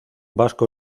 vasco